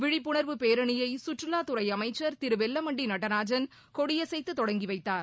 விழிப்புணர்வு பேரணியை சுற்றுலாத்துறை அமைச்சர் திரு வெல்லமண்டி நடராஜன் கொடியசைத்து தொடங்கி வைத்தார்